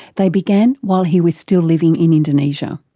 they began while he was still living in indonesia.